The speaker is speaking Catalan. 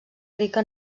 rica